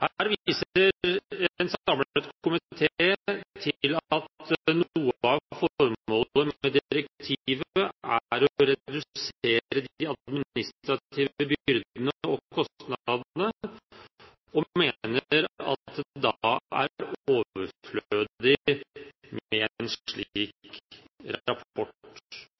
en samlet komité til at noe av formålet med direktivet er å redusere de administrative byrdene og kostnadene, og mener at det da er overflødig med